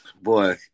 Boy